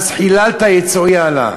"אז חִללת יצועי עלה".